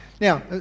Now